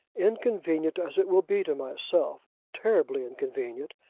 inconvenient as it will be to myself terribly inconvenient,